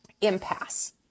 impasse